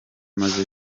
maze